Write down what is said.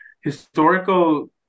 historical